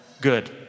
good